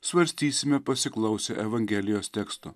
svarstysime pasiklausę evangelijos teksto